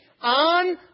on